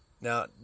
Now